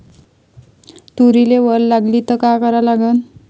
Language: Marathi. तुरीले वल लागली त का करा लागन?